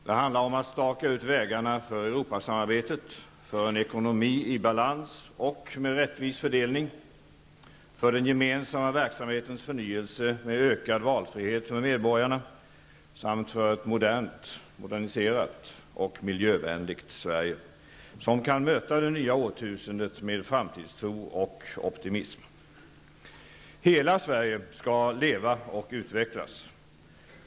Det handlar om att staka ut vägarna för Europasamarbetet, för en ekonomi i balans och med rättvis fördelning, för den gemensamma verksamhetens förnyelse med ökad valfrihet för medborgarna samt för ett moderniserat och miljövänligt Sverige, som kan möta det nya årtusendet med framtidstro och optimism. Hela Sverige skall leva och utvecklas.